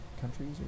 countries